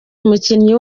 umukinnyi